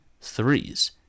threes